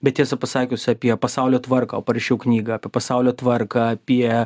bet tiesą pasakius apie pasaulio tvarką o parašiau knygą apie pasaulio tvarką apie